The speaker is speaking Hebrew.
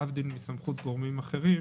להבדיל מסמכות גורמים אחרים